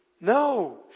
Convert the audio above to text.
No